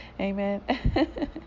Amen